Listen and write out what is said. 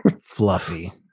Fluffy